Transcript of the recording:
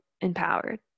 empowered